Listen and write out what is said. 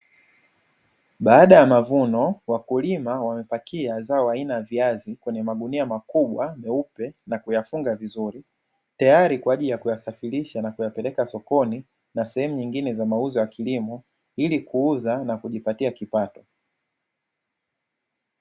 Baada ya mavuno wa kulima wamepakia zao aina ya viazi kwenye magunia makubwa meupe na kuyafunga vizuri, tayari kwa ajili ya kuyasafirisha na kuyapeleka sokoni na sehemu nyingine za mauzo ya kilimo ili kuuza na kujipatia kipato.